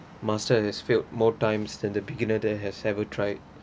master has failed more times than the beginner that has ever tried